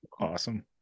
awesome